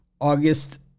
August